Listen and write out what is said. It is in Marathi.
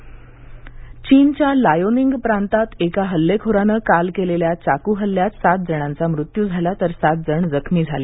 चीन चाक हल्ला चीनच्या लायोनिंग प्रांतात एका हल्लेखोराने काल केलेल्या चाकू हल्ल्यात सात जणांचा मृत्यू झाला तर सात जण जखमी झाले